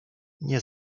nie